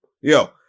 Yo